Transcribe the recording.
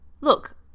look